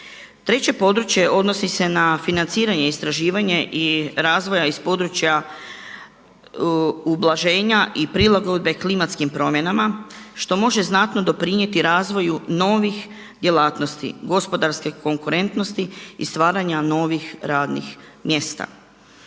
Treće područje odnosi se na financiranje i istraživanje i razvoja iz područja ublaženja i prilagodbe klimatskim promjenama što može znatno doprinijeti razvoju novih djelatnosti, gospodarske konkurentnosti i stvaranja novih radnih mjesta.